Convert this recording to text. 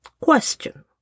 Question